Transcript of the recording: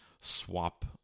swap